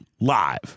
live